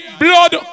blood